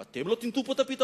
אם אתם לא תמצאו פה את הפתרון,